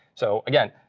so again,